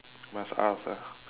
must ask ah